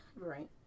Right